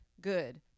good